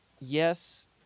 Yes